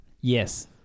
Yes